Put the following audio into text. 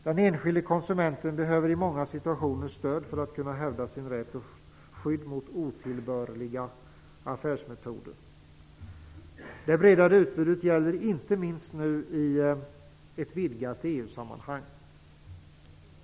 Den enskilde konsumenten behöver i många situationer stöd för att kunna hävda sin rätt och skydd mot otillbörliga affärsmetoder. Det breddade utbudet gäller inte minst nu i ett vidgat EU sammanhang.